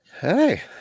Hey